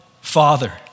father